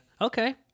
Okay